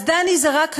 אז דני זרק רימון.